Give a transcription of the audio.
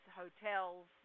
hotels